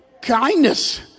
Kindness